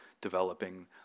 developing